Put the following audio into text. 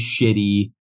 shitty